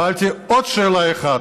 שאלתי עוד שאלה אחת: